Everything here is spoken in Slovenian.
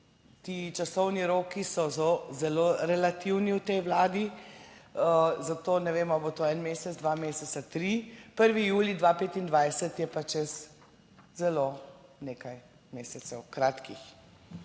ti časovni roki so zelo, zelo relativni v tej Vladi, zato ne vem ali bo to en mesec, dva meseca, tri, 1. julij 2025 je pa čez zelo nekaj mesecev kratkih.